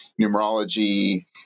numerology